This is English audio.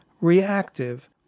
reactive